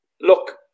look